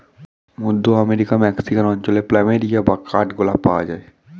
মধ্য আমেরিকার মেক্সিকান অঞ্চলে প্ল্যামেরিয়া বা কাঠ গোলাপ পাওয়া যায়